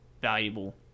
valuable